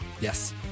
Yes